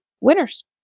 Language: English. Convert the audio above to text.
Winners